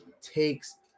Takes